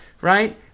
right